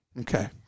Okay